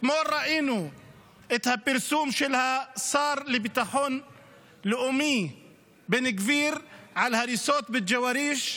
אתמול ראינו את הפרסום של שר לביטחון לאומי בן גביר על הריסות בג'ואריש,